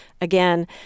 again